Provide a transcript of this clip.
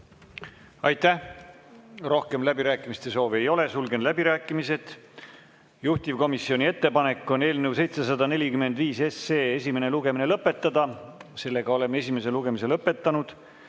Aitäh! Rohkem läbirääkimiste soovi ei ole. Sulgen läbirääkimised. Juhtivkomisjoni ettepanek on, et eelnõu 745 esimene lugemine tuleb lõpetada. Oleme esimese lugemise lõpetanud.